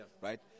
right